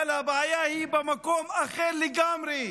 אבל הבעיה היא במקום אחר לגמרי.